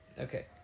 Okay